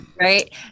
Right